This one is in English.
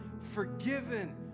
forgiven